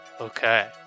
Okay